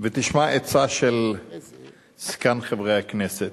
ותשמע עצה של זקן חברי הכנסת: